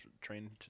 trained